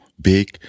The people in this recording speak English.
big